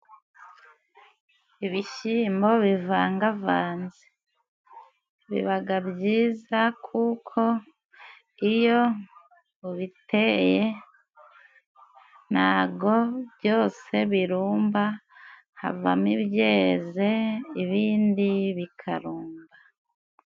Ibishyimbo bivangavanze bibaga byiza，kuko iyo ubiteye ntago byose birumba， havamo ibyeze ibindi bikarumba.